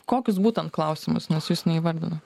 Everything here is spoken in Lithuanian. kokius būtent klausimus nes jūs neįvardino